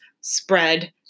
spread